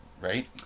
right